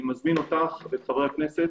אותך ואת חברי הכנסת